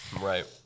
Right